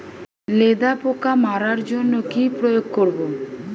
লেদা পোকা মারার জন্য কি প্রয়োগ করব?